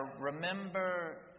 Remember